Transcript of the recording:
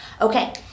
Okay